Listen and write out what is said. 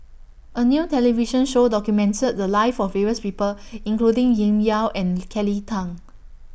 A New television Show documented The Lives of various People including Yau and Kelly Tang